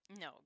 no